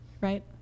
right